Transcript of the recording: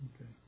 Okay